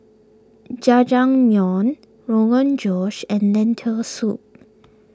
Jajangmyeon Rogan Josh and Lentil Soup